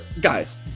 guys